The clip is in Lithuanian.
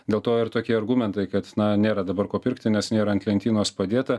dėl to ir tokie argumentai kad na nėra dabar ko pirkti nes nėra ant lentynos padėta